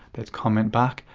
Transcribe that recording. they'd comment back,